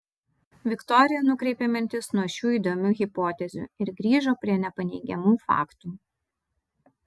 viktorija nukreipė mintis nuo šių įdomių hipotezių ir grįžo prie nepaneigiamų faktų